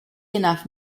enough